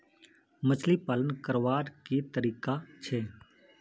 मछली पालन करवार की तरीका छे?